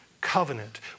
covenant